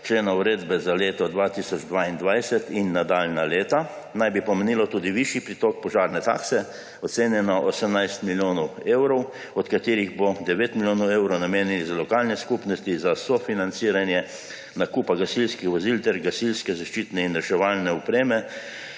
varnosti za leto 2022 in nadaljnja leta naj bi pomenilo tudi višji pritok požarne takse, ocenjeno 18 milijonov evrov, od katerih bo 9 milijonov evrov namenjenih za lokalne skupnosti za sofinanciranje nakupa gasilskih vozil ter gasilske zaščitne in reševalne opreme